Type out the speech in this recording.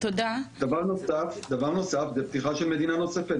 דבר נוסף, זאת פתיחה של מדינה נוספת.